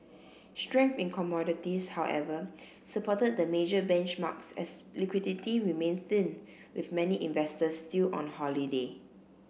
strength in commodities however supported the major benchmarks as liquidity remained thin with many investors still on holiday